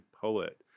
poet